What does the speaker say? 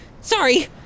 Sorry